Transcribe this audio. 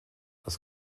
das